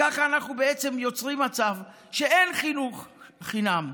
ככה אנחנו יוצרים מצב שאין חינוך חינם.